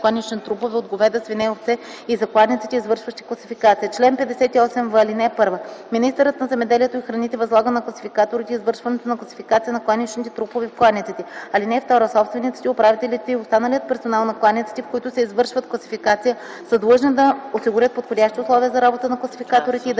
кланиците. (2) Собствениците, управителите и останалият персонал на кланиците, в които се извършва класификация, са длъжни да осигурят подходящи условия за работа на класификаторите и да